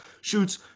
shoots